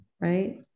right